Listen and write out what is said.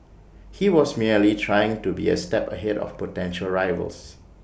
he was merely trying to be A step ahead of potential rivals